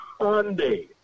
Hyundai